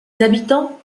habitants